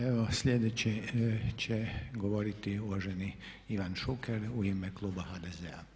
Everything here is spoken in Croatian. Evo sljedeći će govoriti uvaženi Ivan Šuker, u ime kluba HDZ-a.